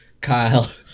Kyle